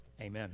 amen